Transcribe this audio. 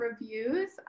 reviews